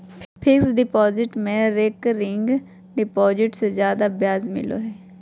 fixed deposit में recurring deposit से जादे ब्याज मिलो हय